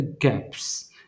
gaps